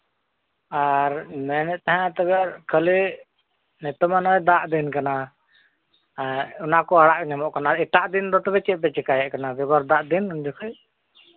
ᱟᱨ ᱢᱮᱱᱮᱫ ᱛᱟᱦᱮᱱᱟ ᱠᱷᱟᱹᱞᱤ ᱱᱤᱛᱚᱜ ᱢᱟ ᱱᱚᱜᱼᱚᱭ ᱫᱟᱜ ᱫᱤᱱ ᱠᱟᱱᱟ ᱚᱱᱟᱠᱚ ᱟᱲᱟᱜ ᱧᱟᱢᱚᱜ ᱠᱟᱱᱟ ᱮᱴᱟᱜ ᱫᱤᱱ ᱫᱚ ᱛᱚᱵᱮ ᱪᱮᱫ ᱯᱮ ᱪᱤᱠᱟᱭᱮᱫ ᱠᱟᱱᱟ ᱵᱮᱜᱚᱨ ᱫᱟᱜ ᱫᱤᱱ ᱩᱱ ᱡᱚᱠᱷᱚᱡ